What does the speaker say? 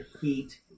Heat